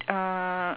uh